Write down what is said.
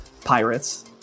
pirates